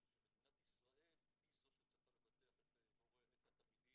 שמדינת ישראל היא זו שצריכה לבטח את התלמידים,